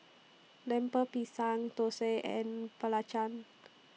Lemper Pisang Thosai and Belacan